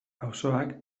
auzoak